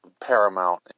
paramount